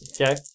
Okay